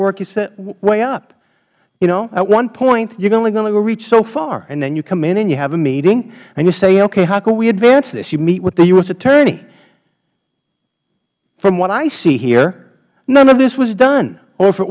work your way up you know at one point you're only going to reach so far and then you come in and you have a meeting and you say okay how can we advance this you meet with the u s attorney from what i see here none of this was done or if it